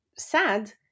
sad